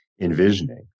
envisioning